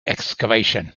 excavation